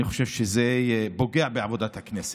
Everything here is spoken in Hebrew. אני חושב שזה פוגע בעבודת הכנסת.